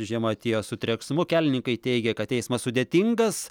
žiema atėjo su treksmu kelininkai teigia kad eismas sudėtingas